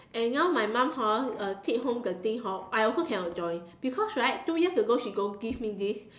and now my mom hor uh take home the thing hor I also cannot join because right two years ago she go give me this